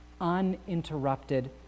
Uninterrupted